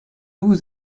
vous